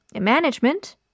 management